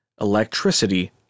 Electricity